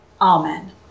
Amen